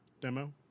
demo